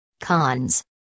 Cons